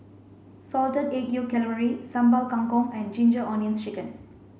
salted egg yolk calamari Sambal Kangkong and ginger onions chicken